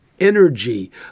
energy